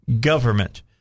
government